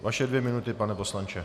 Vaše dvě minuty, pane poslanče.